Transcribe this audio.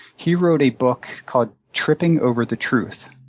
he wrote a book called tripping over the truth.